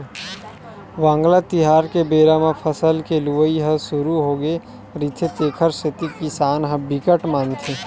वांगला तिहार के बेरा म फसल के लुवई ह सुरू होगे रहिथे तेखर सेती किसान ह बिकट मानथे